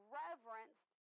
reverenced